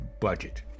budget